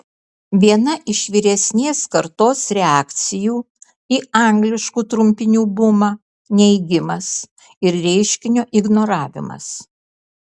viena iš vyresnės kartos reakcijų į angliškų trumpinių bumą neigimas ir reiškinio ignoravimas